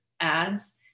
ads